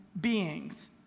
beings